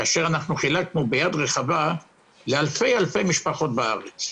כאשר אנחנו חילקנו ביד רחבה לאלפי משפחות בארץ?